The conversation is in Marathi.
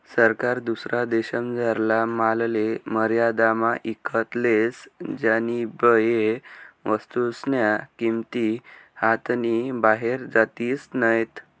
सरकार दुसरा देशमझारला मालले मर्यादामा ईकत लेस ज्यानीबये वस्तूस्न्या किंमती हातनी बाहेर जातीस नैत